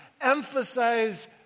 emphasize